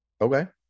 Okay